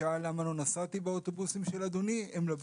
שאל למה לא נסעתי באוטובוסים של אדוני הם לא בשבילי.